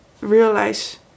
realize